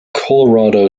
colorado